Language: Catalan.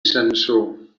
sansor